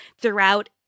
throughout